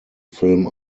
film